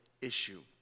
issue